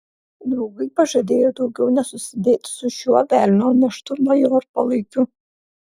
draugai pažadėjo daugiau nesusidėti su šiuo velnio neštu bajorpalaikiu